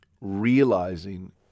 realizing